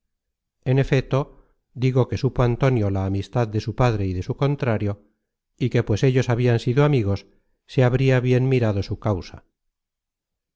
en efeto digo que supo antonio la amistad de su padre y de su contrario y que pues ellos habian sido amigos se habria bien mirado su causa